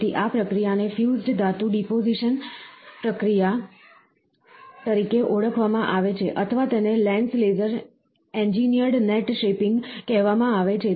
તેથી આ પ્રક્રિયાને ફ્યુઝ્ડ ધાતુ ડિપોઝિશન fused પ્રક્રિયા તરીકે ઓળખવામાં આવે છે અથવા તેને LENS laser engineered net shaping કહેવામાં આવે છે